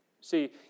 See